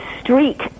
street